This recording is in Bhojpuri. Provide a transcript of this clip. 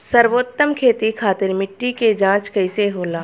सर्वोत्तम खेती खातिर मिट्टी के जाँच कइसे होला?